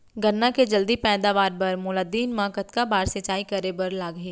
गन्ना के जलदी पैदावार बर, मोला दिन मा कतका बार सिंचाई करे बर लागही?